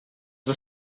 the